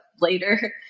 later